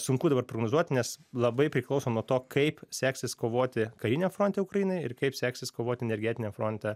sunku dabar prognozuoti nes labai priklauso nuo to kaip seksis kovoti kariniam fronte ukrainai ir kaip seksis kovoti energetiniam fronte